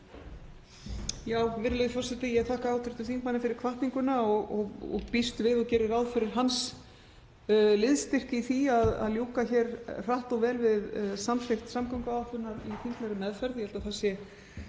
Virðulegi forseti. Ég þakka hv. þingmanni fyrir hvatninguna og býst við og geri ráð fyrir hans liðsstyrk í því að ljúka hér hratt og vel við samþykkt samgönguáætlunar í þinglegri meðferð.